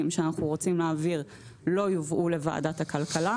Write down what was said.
שאנחנו רוצים להעביר לא יובאו לוועדת הכלכלה.